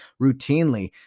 routinely